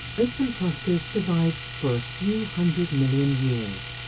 open clusters survive for a few hundred million years.